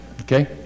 Okay